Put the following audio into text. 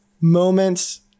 moments